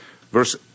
verse